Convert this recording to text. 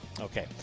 Okay